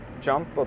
jump